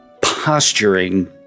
posturing